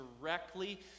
directly